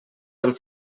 del